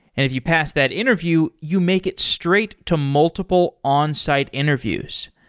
if you pass that interview, you make it straight to multiple onsite interviews.